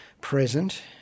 present